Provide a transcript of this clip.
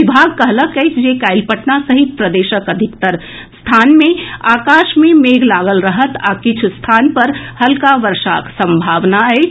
विभाग कहलक अछि जे काल्हि पटना सहित प्रदेशक अधिकतर स्थान मे आकाश मे मेघ लागल रहत आ किछु स्थान पर हल्का बर्षाक संभावना अछि